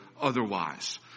otherwise